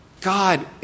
God